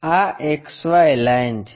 આ XY line છે